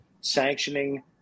Sanctioning